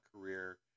career